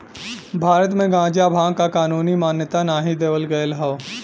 भारत में गांजा भांग क कानूनी मान्यता नाही देवल गयल हौ